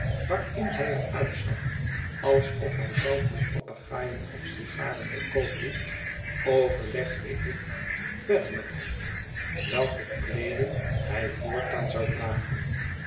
waarin hij er uitzag alsof hij zelf met papegaaien of sigaren te koop hep overlegde ik verder met hem welke kleeding hij voortaan zou dragen